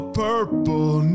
purple